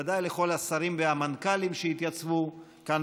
ודאי לכל השרים והמנכ"לים שהתייצבו כאן